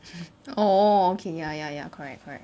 oh okay ya ya ya correct correct